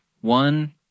One